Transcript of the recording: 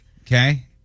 Okay